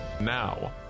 Now